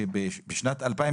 שבשנת 2020